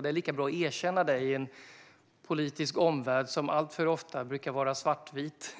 Det är lika bra att erkänna det i en politisk omvärld som alltför ofta brukar vara svartvit